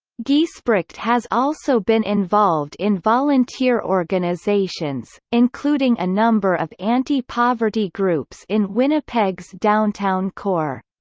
giesbrecht has also been involved in volunteer organizations, including a number of anti-poverty groups in winnipeg's downtown core.